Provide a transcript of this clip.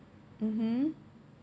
mmhmm